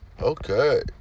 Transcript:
Okay